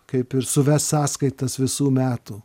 kaip ir suves sąskaitas visų metų